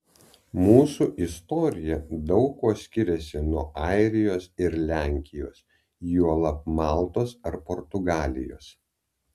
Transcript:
mūsų istorija daug kuo skiriasi nuo airijos ir lenkijos juolab maltos ar portugalijos